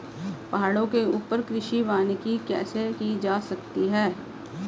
पहाड़ों के ऊपर कृषि वानिकी कैसे की जा सकती है